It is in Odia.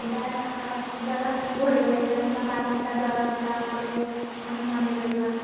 ଓଦା ଅଖା ଦ୍ଵାରା ତାକୁ ଘୋଡ଼ାଇପାରିବା କିମ୍ବା ବାଲଟି ତା ଦ୍ଵାରା ତା ଉପରେ ଆମେ ମଡ଼ାଇପାରିବା